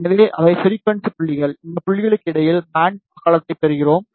எனவே இவை ஃபிரிக்குவன்ஸி புள்ளிகள் இந்த புள்ளிகளுக்கு இடையில் பேண்ட் அகலத்தைப் பெறுகிறோம்